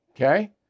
okay